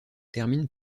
termine